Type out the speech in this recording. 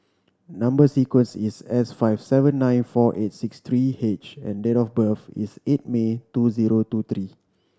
number sequence is S five seven nine four eight six three H and date of birth is eight May two zero two three